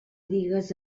digues